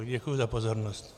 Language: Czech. Děkuji za pozornost.